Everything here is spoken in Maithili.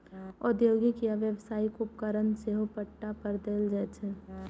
औद्योगिक या व्यावसायिक उपकरण सेहो पट्टा पर देल जाइ छै